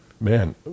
Man